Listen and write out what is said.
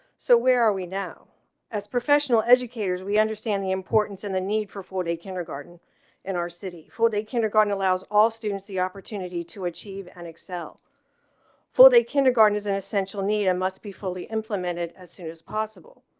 so where are we now as professional educators. we understand the importance and the need for full day kindergarten in our city for the kindergarten allows all students the opportunity to achieve and excel full day kindergarten is an essential need, a must be fully implemented as soon as possible.